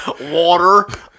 water